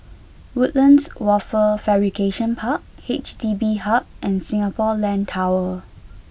Woodlands Wafer Fabrication Park H D B Hub and Singapore Land Tower